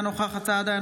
אינה נוכחת משה סעדה,